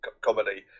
comedy